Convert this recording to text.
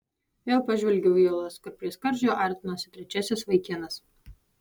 vėl pažvelgiau į uolas kur prie skardžio artinosi trečiasis vaikinas